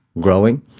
growing